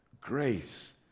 grace